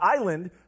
island